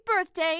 birthday